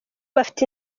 bafite